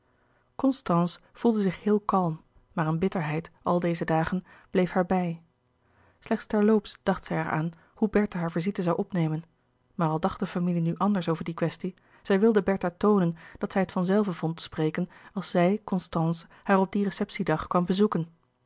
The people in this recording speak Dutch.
constance voelde zich heel kalm maar een bitterheid al deze dagen bleef haar bij slechts terloops dacht zij er aan hoe bertha haar visite zoû opnemen maar al dacht de familie louis couperus de boeken der kleine zielen nu anders over die kwestie zij wilde bertha toonen dat zij het van zelve vond spreken als zij constance haar op dien receptiedag kwam bezoeken